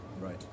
Right